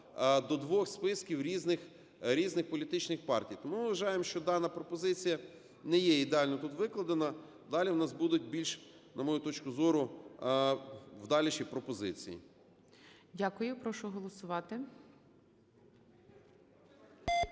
до двох списків різних політичних партій. Тому ми вважаємо, що дана пропозиція не є ідеально тут викладена. Далі у нас будуть більш, на мою точку зору, вдаліші пропозиції. ГОЛОВУЮЧИЙ. Дякую. Прошу голосувати.